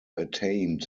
attained